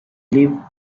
live